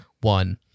one